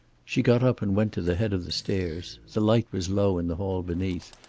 she got up and went to the head of the stairs. the light was low in the hall beneath,